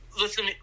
Listen